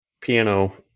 piano